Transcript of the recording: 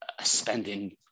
spending